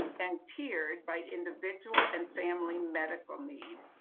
and teared by individual and family medical need,